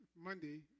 Monday